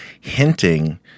hinting